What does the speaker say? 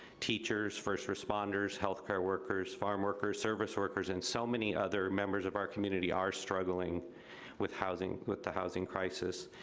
teachers, first responders, health care workers, farmworkers, service workers, and so many other members of our community are struggling with housing, with the housing crisis.